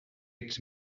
ets